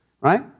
Right